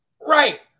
Right